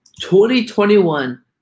2021